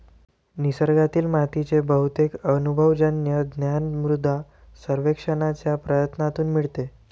निसर्गातील मातीचे बहुतेक अनुभवजन्य ज्ञान मृदा सर्वेक्षणाच्या प्रयत्नांतून मिळते